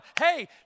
Hey